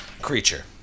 creature